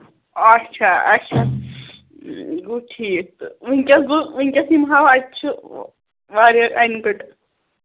اچھا اَچھا گوٚو ٹھیٖک تہٕ ؤنکیٚس گوٚو ؤنکیٚس یِم ہاو اَتہِ چھُ واریاہ اَنہِ گٔٹۍ